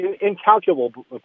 incalculable